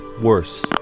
worse